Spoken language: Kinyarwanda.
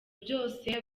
byose